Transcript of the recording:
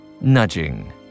nudging